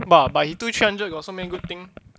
!wah! but he two three hundred got so many good thing